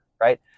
right